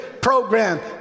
program